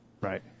Right